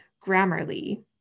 Grammarly